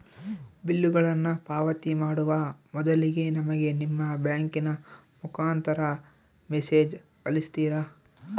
ಬಿಲ್ಲುಗಳನ್ನ ಪಾವತಿ ಮಾಡುವ ಮೊದಲಿಗೆ ನಮಗೆ ನಿಮ್ಮ ಬ್ಯಾಂಕಿನ ಮುಖಾಂತರ ಮೆಸೇಜ್ ಕಳಿಸ್ತಿರಾ?